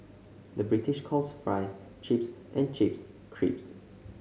the British calls fries chips and chips crisps